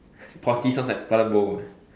potty sounds like toilet bowl eh